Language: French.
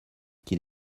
qu’il